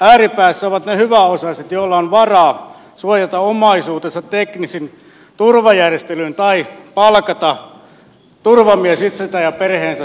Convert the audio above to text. ääripäässä ovat ne hyväosaiset joilla on varaa suojata omaisuutensa teknisin turvajärjestelyin tai palkata turvamies itsensä ja perheensä suojaksi